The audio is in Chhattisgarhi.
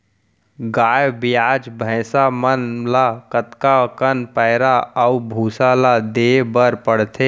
गाय ब्याज भैसा मन ल कतका कन पैरा अऊ भूसा ल देये बर पढ़थे?